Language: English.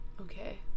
okay